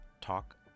Talk